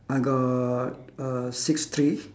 I got uh six tree